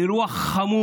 זה אירוע חמור